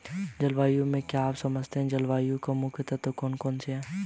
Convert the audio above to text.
जलवायु से आप क्या समझते हैं जलवायु के मुख्य तत्व कौन कौन से हैं?